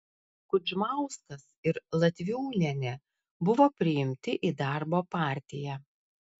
kudžmauskas ir latviūnienė buvo priimti į darbo partiją